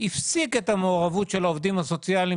הפסיק את המעורבות של העובדים הסוציאליים